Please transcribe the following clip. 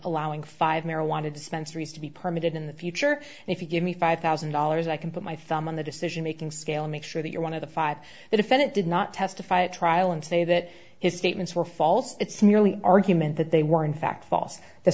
allowing five marijuana dispensaries to be permitted in the future if you give me five thousand dollars i can put my thumb on the decision making scale make sure that you're one of the five the defendant did not testify at trial and say that his statements were false it's nearly argument that they were in fact false the